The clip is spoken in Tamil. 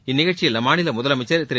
இந்நிகழ்ச்சியில் அம்மாநில முதலமைச்சள் திரு